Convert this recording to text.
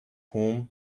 home